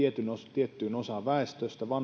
tiettyyn osaan maamme väestöstä